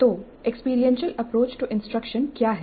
तो experiential approach to instruction क्या है